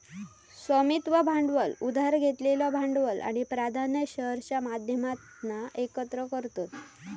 स्वामित्व भांडवल उधार घेतलेलं भांडवल आणि प्राधान्य शेअर्सच्या माध्यमातना एकत्र करतत